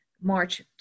March